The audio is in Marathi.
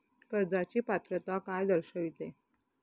कर्जाची पात्रता काय दर्शविते?